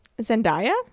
zendaya